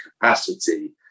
capacity